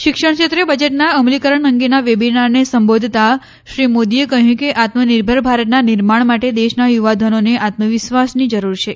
શિક્ષણ ક્ષેત્રે બજેટના અમલીકરણ અંગેના વેબિનારને સંબોધતા શ્રી મોદીએ કહ્યું કે આત્મનિર્ભર ભારતના નિર્માણ માટે દેશના યુવાધનોને આત્મવિશ્વાસની જરૂર છે